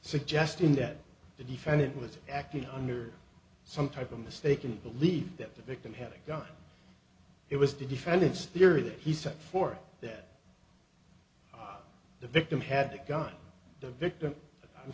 suggesting that the defendant was acting under some type of mistaken belief that the victim had a gun it was to defend its theory that he set for that the victim had a gun the victim